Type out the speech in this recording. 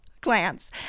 glance